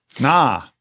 nah